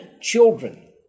Children